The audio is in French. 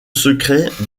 secret